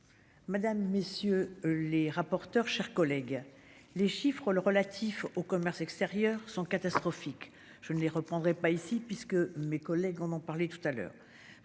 Mesdames, messieurs les rapporteurs, chers collègues. Les chiffres relatifs au commerce extérieur sont catastrophiques. Je ne les reprendrai pas ici puisque mes collègues, on en parlait tout à l'heure.